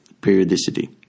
periodicity